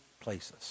places